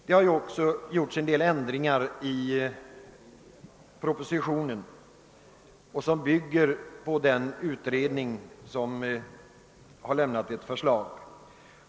Det har föreslagits en del ändringar i propositionen som bygger på en utredning.